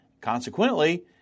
Consequently